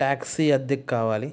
taxi అద్దెకి కావాలి